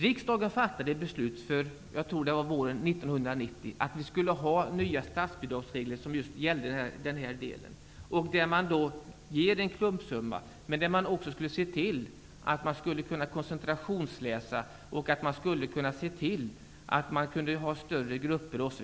Riksdagen fattade beslut -- jag tror att det var våren 1990 -- att vi skulle ha nya statsbidragsregler som gällde just den här delen. Där ger man en klumpsumma, men man skulle också se till att det skulle gå att koncentrationsläsa och att ha större grupper.